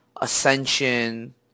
Ascension